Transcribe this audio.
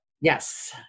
Yes